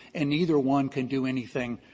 and neither one can do anything